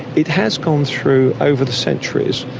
it has gone through over the centuries,